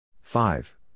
Five